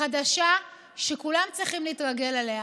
חדשה שכולם צריכים להתרגל אליה.